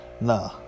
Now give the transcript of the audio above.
Nah